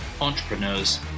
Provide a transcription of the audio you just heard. entrepreneurs